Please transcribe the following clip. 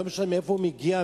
לא משנה מאיפה הוא מגיע,